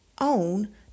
own